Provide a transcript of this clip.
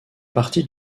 partie